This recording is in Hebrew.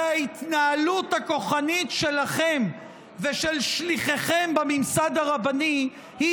הרי ההתנהלות הכוחנית שלכם ושל שליחיכם בממסד הרבני היא